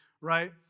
right